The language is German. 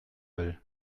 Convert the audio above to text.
will